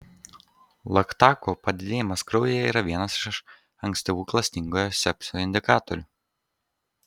laktatų padidėjimas kraujyje yra vienas iš ankstyvų klastingojo sepsio indikatorių